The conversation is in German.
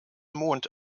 mond